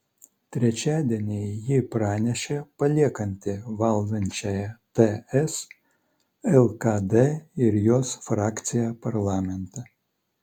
trečiadienį ji pranešė paliekanti valdančiąją ts lkd ir jos frakciją parlamente